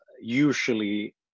usually